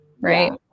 Right